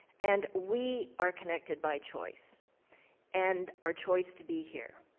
and we are connected by choice and our choice to be here.